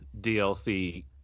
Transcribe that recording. DLC